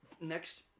Next